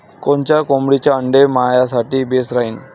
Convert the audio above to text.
कोनच्या कोंबडीचं आंडे मायासाठी बेस राहीन?